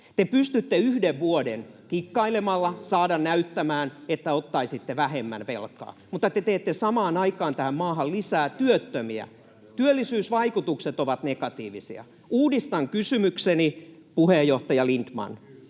Te pystytte yhden vuoden, kikkailemalla, saamaan näyttämään, että ottaisitte vähemmän velkaa, mutta te teette samaan aikaan tähän maahan lisää työttömiä, työllisyysvaikutukset ovat negatiivisia. Uudistan kysymykseni: Puheenjohtaja Lindtman,